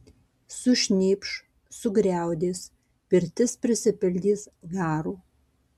sušnypš sugriaudės pirtis prisipildys garo